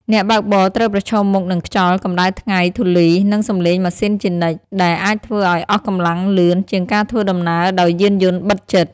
អ្នកបើកបរត្រូវប្រឈមមុខនឹងខ្យល់ កម្ដៅថ្ងៃ ធូលី និងសំឡេងម៉ាស៊ីនជានិច្ច ដែលអាចធ្វើឱ្យអស់កម្លាំងលឿនជាងការធ្វើដំណើរដោយយានយន្តបិទជិត។